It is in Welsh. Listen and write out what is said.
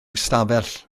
ystafell